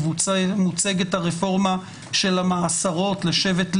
מוצגת הרפורמה של המעשרות לשבט לוי,